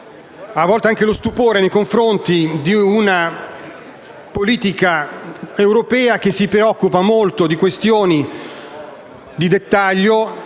a volte, anche lo stupore nei confronti di una politica europea che si preoccupa molto di questioni di dettaglio,